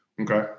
okay